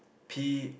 pee